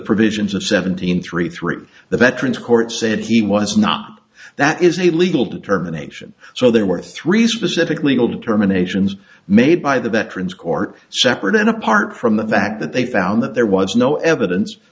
provisions of seventeen three through the veterans court said he was not that is a legal determination so there were three specific legal determinations made by the veterans court separate and apart from the fact that they found that there was no evidence